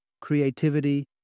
creativity